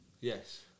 yes